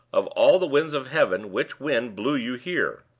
of all the winds of heaven, which wind blew you here?